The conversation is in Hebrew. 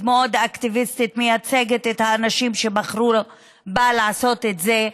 מאוד אקטיביסטית שמייצגת את האנשים שבחרו בה לעשות את זה.